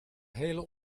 hele